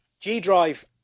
G-Drive